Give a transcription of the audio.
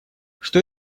что